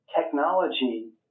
technology